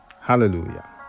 Hallelujah